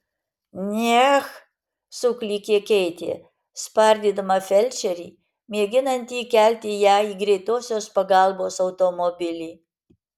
neh suklykė keitė spardydama felčerį mėginantį įkelti ją į greitosios pagalbos automobilį